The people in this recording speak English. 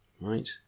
right